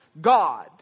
God